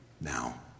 now